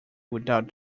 without